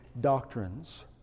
doctrines